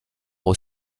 aux